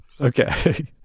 Okay